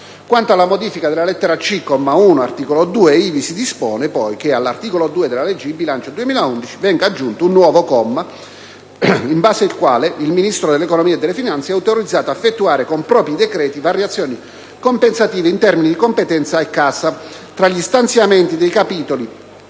Quanto alla modifica della lettera *c)* del comma 1 dell'articolo 2 ivi si dispone poi che all'articolo 2 della legge di bilancio per il 2011 venga aggiunto un nuovo comma, in base al quale il Ministro dell'economia e delle finanze è autorizzato ad effettuare, con propri decreti, variazioni compensative in termini di competenza e cassa tra gli stanziamenti dei capitoli